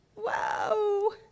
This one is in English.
Whoa